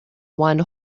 one